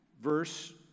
verse